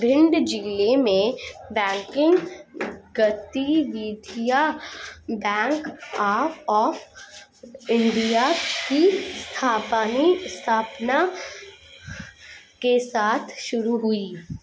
भिंड जिले में बैंकिंग गतिविधियां बैंक ऑफ़ इंडिया की स्थापना के साथ शुरू हुई